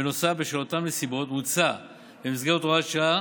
בנוסף, בשל אותן נסיבות, מוצע במסגרת הוראת שעה